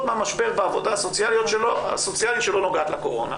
מהמשבר בעבודה הסוציאלית שלא נוגעת לקורונה,